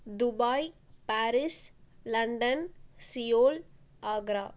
Dubai Paris London Seoul அஃரா